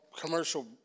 commercial